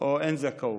או אין זכאות,